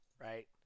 right